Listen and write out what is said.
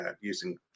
using